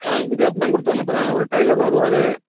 ஆ இங்கிட்டு பணம் கொடுத்து அனுப்புகிறேன் ஒரு டைலர் வருவார்